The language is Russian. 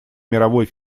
мировой